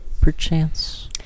perchance